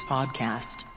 Podcast